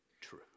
true